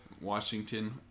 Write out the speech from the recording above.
Washington